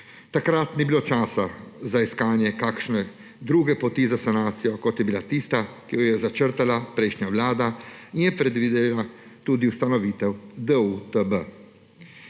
Takrat ni bilo časa za iskanje kakšne druge poti za sanacijo, kot je bila tista, ki jo je začrtala prejšnja vlada in je predvidela tudi ustanovitev DUTB.